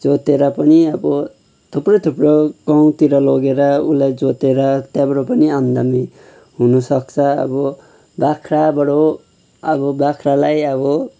जोतेर पनि अब थुप्रो थुप्रो गाउँतिर लगेर उसलाई जोतेर त्यहाँबाट पनि आम्दानी हुनुसक्छ अब बाख्राबाट अब बाख्रालाई अब